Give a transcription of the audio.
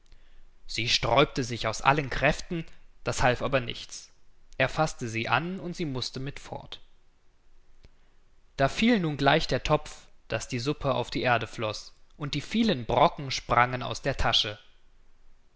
sie sträubte sich aus allen kräften das half aber nichts er faßte sie an und sie mußte mit fort da fiel nun gleich der topf daß die suppe auf die erde floß und die vielen brocken sprangen aus der tasche